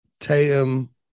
Tatum